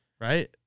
right